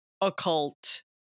occult